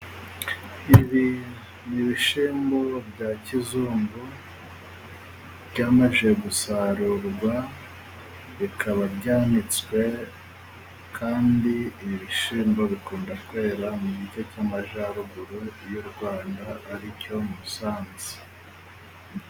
Ibi n'ibishimbo bya kizungu, byamaze gusarurwa, bikaba byanitswe, kandi ibi bishyimbo bikunda kwera mu gice cy'amajyaruguru y'u rwanda ari cyo musanze